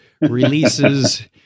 releases